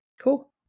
cool